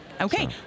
Okay